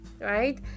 right